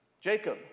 Jacob